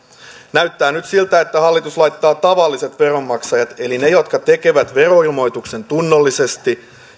näyttää nyt siltä että hallitus laittaa tavalliset veronmaksajat eli ne jotka tekevät veroilmoituksen tunnollisesti